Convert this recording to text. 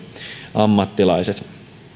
ammattilaiset